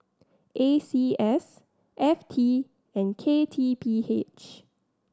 A C S F T and K T P H